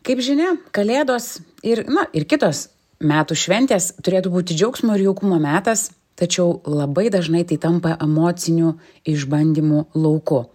kaip žinia kalėdos ir na ir kitos metų šventės turėtų būti džiaugsmo ir jaukumo metas tačiau labai dažnai tai tampa emocinių išbandymų lauku